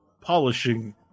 polishing